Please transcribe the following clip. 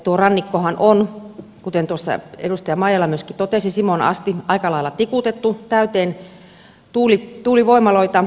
tuo rannikkohan on kuten edustaja maijala myöskin totesi simoon asti aika lailla tikutettu täyteen tuulivoimaloita